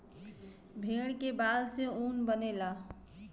भेड़ के बाल से ऊन बनेला